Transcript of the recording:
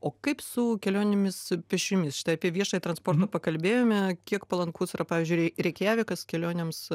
o kaip su kelionėmis pėsčiomis štai apie viešąjį transportą pakalbėjome kiek palankus yra pavyzdžiui reikjavikas kelionėms